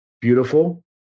beautiful